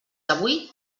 avui